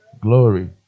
Glory